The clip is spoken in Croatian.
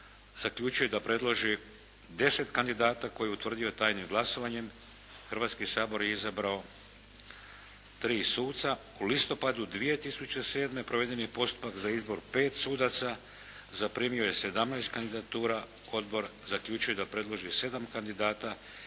zaključio je da predloži 10 kandidata koje je utvrdio tajnim glasovanjem. Hrvatski sabor je izabrao tri suca. U listopadu 2007. proveden je postupak za izbor 5 sudaca, zaprimio je 17 kandidatura, Odbor zaključuje da predloži 7 kandidata